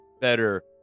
better